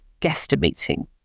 guesstimating